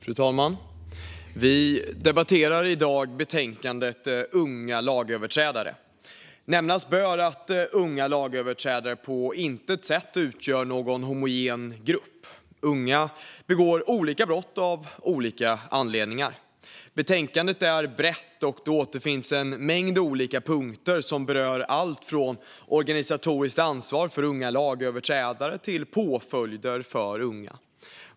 Fru talman! Vi debatterar i dag betänkandet Unga lagöverträdare . Nämnas bör att unga lagöverträdare på intet sätt utgör någon homogen grupp. Unga begår olika brott av olika anledningar. Betänkandet är brett, och det återfinns en mängd olika punkter som berör alltifrån organisatoriskt ansvar för unga lagöverträdare till påföljder för unga.